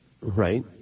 Right